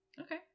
Okay